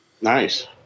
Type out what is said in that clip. Nice